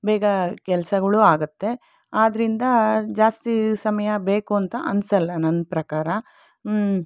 ಬೇಗ ಕೆಲಸಗಳು ಆಗುತ್ತೆ ಆದ್ರಿಂದ ಜಾಸ್ತಿ ಸಮಯ ಬೇಕು ಅಂತ ಅನ್ಸಲ್ಲ ನನ್ನ ಪ್ರಕಾರ